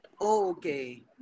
okay